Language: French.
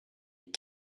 est